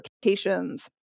applications